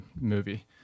movie